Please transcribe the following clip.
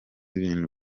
ibintu